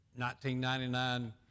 1999